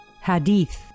Hadith